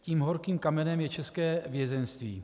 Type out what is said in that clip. Tím horkým kamenem je české vězeňství.